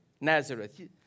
Nazareth